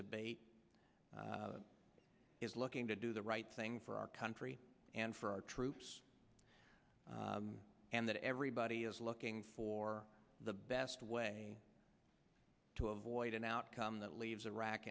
debate is looking to do the right thing for our country and for our troops and that everybody is looking for the best way to avoid an outcome that leaves iraq